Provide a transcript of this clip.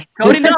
Cody